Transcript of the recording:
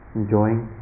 enjoying